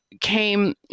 came